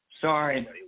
Sorry